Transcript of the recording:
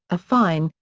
a fine,